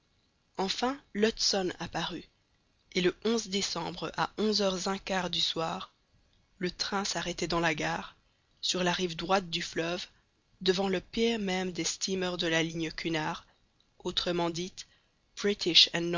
enfin l'hudson apparut et le décembre à onze heures un quart du soir le train s'arrêtait dans la gare sur la rive droite du fleuve devant le pier même des steamers de la ligne cunard autrement dite